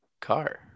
car